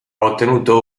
ottenuto